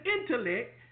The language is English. intellect